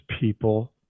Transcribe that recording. people